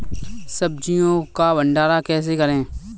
सब्जियों का भंडारण कैसे करें?